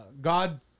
God